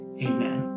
amen